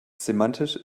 semantisch